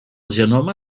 genoma